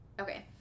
okay